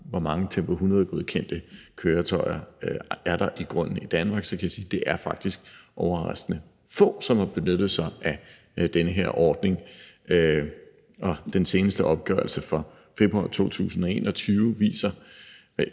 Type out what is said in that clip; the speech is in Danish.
hvor mange Tempo 100-godkendte køretøjer der i grunden er i Danmark, så kan jeg sige, at det faktisk er overraskende få, som har benyttet sig af den her ordning. Den seneste opgørelse fra februar 2021 viser det